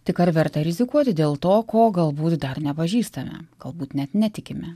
tik ar verta rizikuoti dėl to ko galbūt dar nepažįstame galbūt net netikime